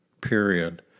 Period